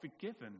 forgiven